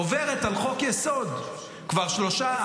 עוברת על חוק-יסוד כבר שלושה,